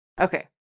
Okay